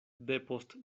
depost